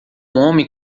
homem